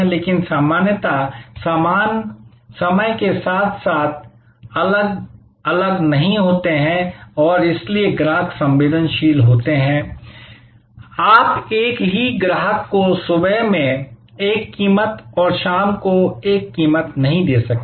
लेकिन सामान्यत सामान समय के साथ अलग अलग नहीं होते हैं और इसलिए ग्राहक संवेदनशील होते हैं आप एक ही ग्राहक को सुबह में एक कीमत और शाम को एक कीमत नहीं दे सकते